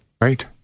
right